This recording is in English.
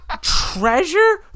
treasure